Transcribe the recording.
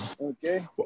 Okay